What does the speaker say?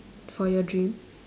for your dream